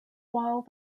while